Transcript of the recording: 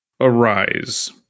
arise